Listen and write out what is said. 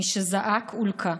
מי שזעק, הולקה.